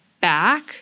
back